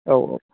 औ औ